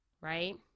right